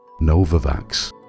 Novavax